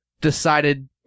decided